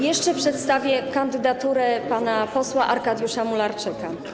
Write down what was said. Jeszcze przedstawię kandydaturę pana posła Arkadiusza Mularczyka.